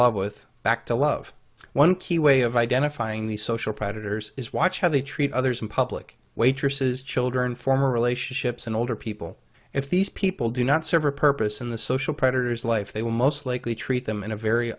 love with back to love one key way of identifying these social predators is watch how they treat others in public waitresses children form relationships and older people if these people do not serve a purpose in the social predators life they will most likely treat them in a very